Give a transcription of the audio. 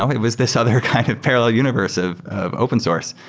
so it was this other kind of of parallel universe of of open source,